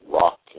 rock